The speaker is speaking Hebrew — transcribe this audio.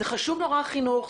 זה חשוב נורא החינוך,